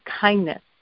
kindness